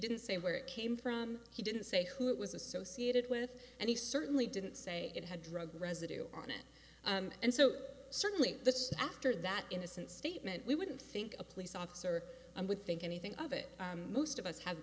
didn't say where it came from he didn't say who it was associated with and he certainly didn't say it had drug residue on it and so certainly this is after that innocent statement we wouldn't think a police officer and would think anything of it most of us have